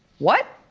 what?